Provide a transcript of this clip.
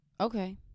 Okay